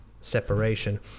separation